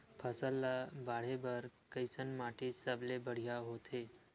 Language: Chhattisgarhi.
फसल ला बाढ़े बर कैसन माटी सबले बढ़िया होथे?